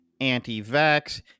anti-vax